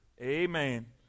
Amen